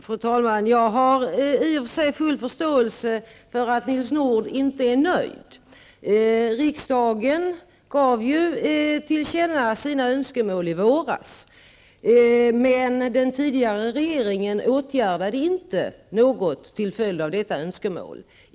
Fru talman! Jag har i och för sig full förståelse för att Nils Nordh inte är nöjd. Riksdagen gav ju till känna sina önskemål i våras. Men den tidigare regeringen vidtog inte några åtgärder till följd av dessa önskemål.